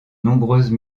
nombreuses